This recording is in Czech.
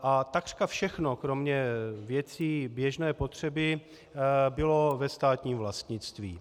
A takřka všechno kromě věcí běžné potřeby bylo ve státním vlastnictví.